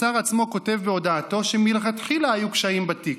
הפצ"ר עצמו כותב בהודעתו שמלכתחילה היו קשיים בתיק,